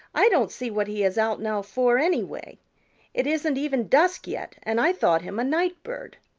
i don't see what he is out now for, anyway, it isn't even dusk yet, and i thought him a night bird.